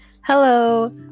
Hello